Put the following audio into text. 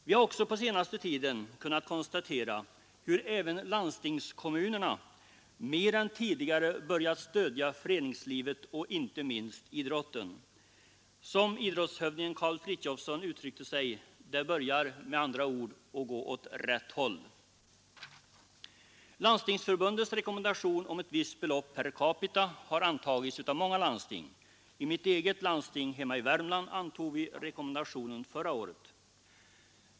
Vi har på senaste tid kunnat konstatera hur även landstings kommunerna mer än tidigare börjat stödja föreningslivet och inte minst idrotten. Som idrottshövdingen Karl Frithiofson uttryckte sig: Det börjar med andra ord gå åt rätt håll. Landstingsförbundets rekommendation om ett visst belopp per capita har antagits av många landsting. I det landsting jag tillhör — i Värmland — antog vi rekommendationen förra året.